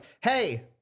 hey